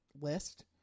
list